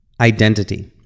identity